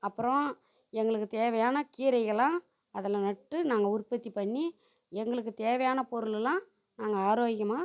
அப்புறம் எங்களுக்கு தேவையான கீரைகளெலாம் அதில் நட்டு நாங்கள் உற்பத்தி பண்ணி எங்களுக்கு தேவையான பொருளெலாம் நாங்கள் ஆரோக்கியமாக